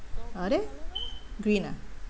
are the green ah